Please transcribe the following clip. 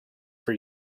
for